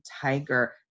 Tiger